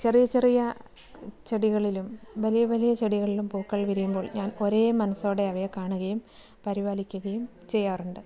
ചെറിയ ചെറിയ ചെടികളിലും വലിയ വലിയ ചെടികളിലും പൂക്കൾ വിരിയുമ്പോൾ ഞാൻ ഒരേ മനസോടെ അവയെ കാണുകയും പരിപാലിക്കുകയും ചെയ്യാറുണ്ട്